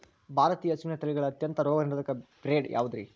ಭಾರತೇಯ ಹಸುವಿನ ತಳಿಗಳ ಅತ್ಯಂತ ರೋಗನಿರೋಧಕ ಬ್ರೇಡ್ ಯಾವುದ್ರಿ?